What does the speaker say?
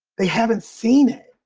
they haven't seen it,